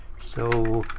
so,